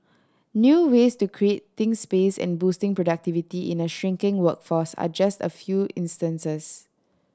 new ways to creating space and boosting productivity in a shrinking workforce are just a few instances